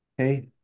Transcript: Okay